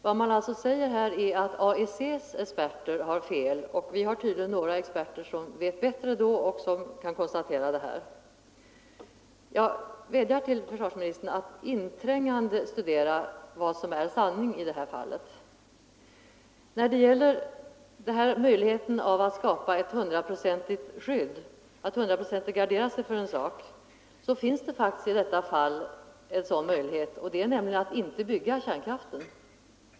Vad man alltså säger här är att AEC:s experter har fel och att vi tydligen har experter som vet bättre. Jag vädjar till försvarsministern att inträngande studera vad som är sanning i det här fallet. När det gäller möjligheten att hundraprocentigt gardera sig för en risk finns det faktiskt i detta fall en sådan möjlighet, nämligen att stoppa kärnkraften.